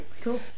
Cool